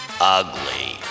Ugly